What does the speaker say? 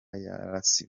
yarasiwe